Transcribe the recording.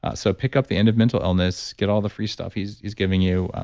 ah so pick up the end of mental illness. get all the free stuff he's he's giving you.